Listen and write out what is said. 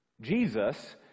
Jesus